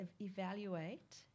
evaluate